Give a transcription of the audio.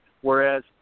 whereas